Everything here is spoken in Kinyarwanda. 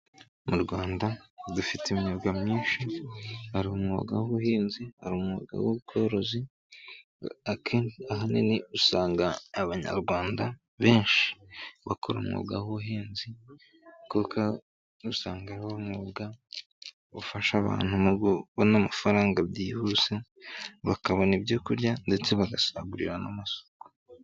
Mu Rwanda dufite imyuga myinshi, hari umwuga w'ubuhinzi, hari umwuga w'ubworozi akenshi ahanini usanga abanyarwanda benshi bakora umwuga w'ubuhinzi, kuko usanga ariwo mwuga ufasha abantu mu kubona amafaranga byihuse bakabona ibyo kurya ndetse bagasagurira n'amasoko.